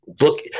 look